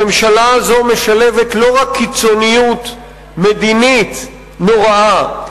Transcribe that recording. הממשלה הזאת משלבת לא רק קיצוניות מדינית נוראה,